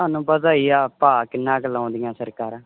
ਤੁਹਾਨੂੰ ਪਤਾ ਹੀ ਆ ਭਾਅ ਕਿੰਨਾ ਕੁ ਲਾਉਂਦੀਆਂ ਸਰਕਾਰਾਂ